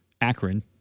Akron